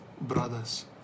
brothers